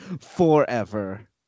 forever